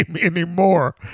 anymore